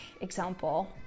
example